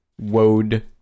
Wode